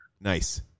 Nice